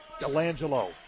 Delangelo